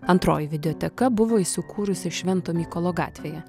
antroji videoteka buvo įsikūrusi švento mykolo gatvėje